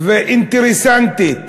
ואינטרסנטית